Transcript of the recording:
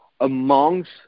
amongst